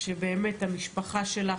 שבאמת המשפחה שלה,